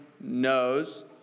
knows